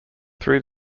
through